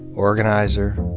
organizer,